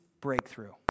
breakthrough